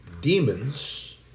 demons